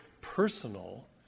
personal